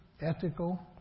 ethical